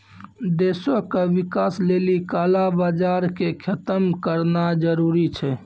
देशो के विकास लेली काला बजार के खतम करनाय जरूरी छै